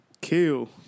kill